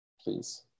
please